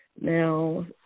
Now